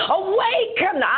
awaken